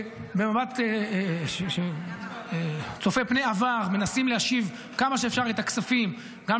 במבט צופה פני עבר מנסים להשיב את הכספים כמה שאפשר,